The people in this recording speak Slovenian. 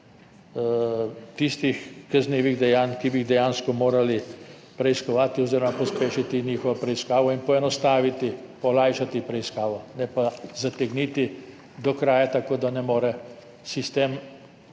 tistih kaznivih dejanj, ki bi jih dejansko morali preiskovati oziroma pospešiti njihovo preiskavo in poenostaviti, olajšati preiskavo, ne pa zategniti do kraja tako, da ne more sistem